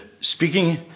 speaking